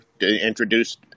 introduced